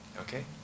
Okay